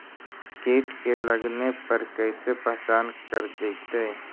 कीट के लगने पर कैसे पहचान कर जयतय?